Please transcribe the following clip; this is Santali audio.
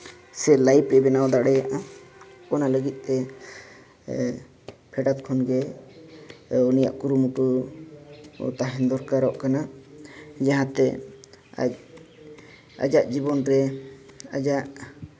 ᱥᱮ ᱞᱟᱹᱭᱤᱯᱷᱮ ᱵᱮᱱᱟᱣ ᱫᱟᱲᱮᱭᱟᱜᱼᱟ ᱚᱱᱟ ᱞᱟᱹᱜᱤᱫᱛᱮ ᱯᱷᱮᱰᱟᱛ ᱠᱷᱚᱱᱜᱮ ᱩᱱᱤᱭᱟᱜ ᱠᱩᱨᱩᱢᱩᱴᱩ ᱫᱚ ᱛᱟᱦᱮᱸ ᱫᱚᱨᱠᱟᱨᱚᱜ ᱠᱟᱱᱟ ᱡᱟᱦᱟᱸᱛᱮ ᱟᱭᱟᱜ ᱡᱤᱵᱚᱱ ᱨᱮ ᱟᱭᱟᱜ